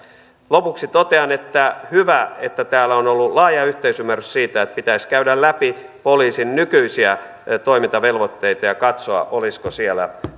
lopuksi totean että on hyvä että täällä on ollut laaja yhteisymmärrys siitä että pitäisi käydä läpi poliisin nykyisiä toimintavelvoitteita ja katsoa olisiko siellä